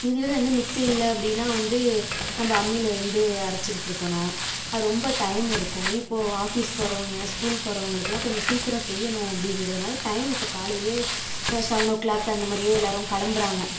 இதுவே வந்து மிக்ஸி இல்லை அப்படின்னா வந்து நம்ம அம்மியில் வந்து அரைச்சுக்கிட்டு இருக்கணும் ரொம்ப டைம் எடுக்கும் இப்போது ஆஃபிஸ் போகிறவங்க ஸ்கூல் போறவங்களுக்கெல்லாம் கொஞ்சம் சீக்கிரம் செய்யணும் அப்படிங்கிறதுனால டைம் இப்போது காலையிலேயே செவன் ஓ க்ளாக் அந்த மாதிரியே எல்லோரும் கிளம்புறாங்க